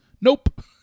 Nope